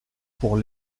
pour